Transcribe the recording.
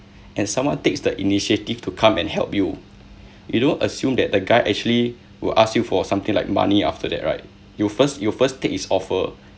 and someone takes the initiative to come and help you you don't assume that the guy actually will ask you for something like money after that right you first you first take his offer